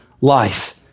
life